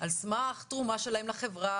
על סמך תרומה לחברה,